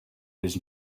his